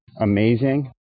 amazing